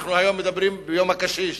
אנחנו היום מדברים ביום הקשיש.